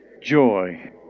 Joy